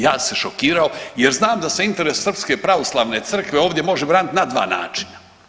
Ja se šokirao, jer znam da se interes srpske pravoslavne crkve ovdje može braniti na dva načina.